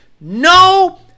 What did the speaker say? No